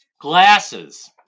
Glasses